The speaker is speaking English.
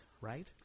right